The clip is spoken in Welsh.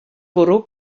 bwrw